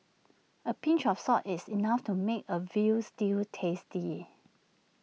A pinch of salt is enough to make A Veal Stew tasty